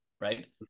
right